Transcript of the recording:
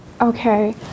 Okay